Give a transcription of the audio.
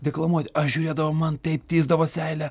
deklamuoti aš žiūrėdavau man taip tįsdavo seilė